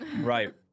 right